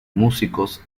músicos